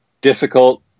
difficult